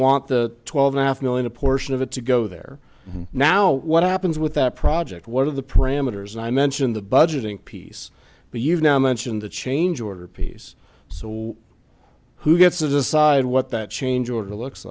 want the twelve and a half million a portion of it to go there now what happens with that project what are the parameters and i mentioned the budgeting piece but you've now mentioned the change order piece so who gets to decide what that change or